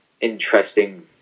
interesting